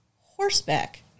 horseback